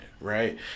right